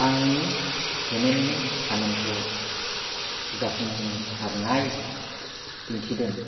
आंनि पेमेन्टनि थामानखौ जाफुंसारनाय दिन्थिदों